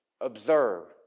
Observe